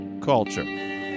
culture